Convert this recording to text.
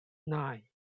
nine